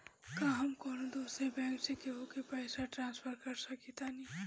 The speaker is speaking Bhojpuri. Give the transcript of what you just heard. का हम कौनो दूसर बैंक से केहू के पैसा ट्रांसफर कर सकतानी?